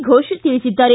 ಘೋಷ್ ತಿಳಿಸಿದ್ದಾರೆ